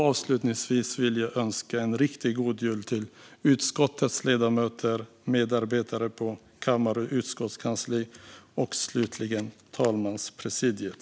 Avslutningsvis vill jag önska en riktigt god jul till utskottets ledamöter, medarbetare på kammar och utskottskansliet och talmanspresidiet.